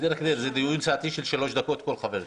בדרך כלל זה דיון סיעתי של שלוש דקות לכל חבר כנסת.